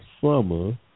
summer